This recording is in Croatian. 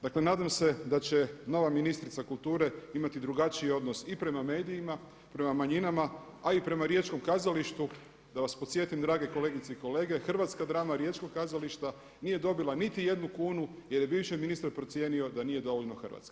Dakle nadam se da će nova ministrica kulture imati drugačiji odnos i prema medijima, prema manjinama a i prema riječkom kazalištu, da vas podsjetim drage kolegice i kolege, hrvatska drama riječkog kazališta nije dobila niti jednu kunu jer je bivši ministar procijenio da nije dovoljno hrvatska.